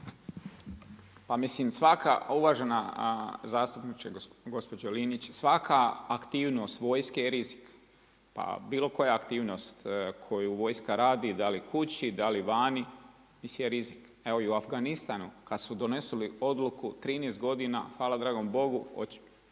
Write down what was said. Pa mislim svaka, uvažena zastupnice gospođo Linić, svaka aktivnost vojske je rizik, pa bilo koja aktivnost koju vojska radi, da li kući, da li vani, misija je rizik. Evo i u Afganistanu kada su donesli odluku 13 godina, hvala dragom Bogu,